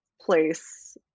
place